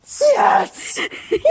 Yes